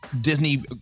Disney